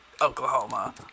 Oklahoma